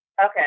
Okay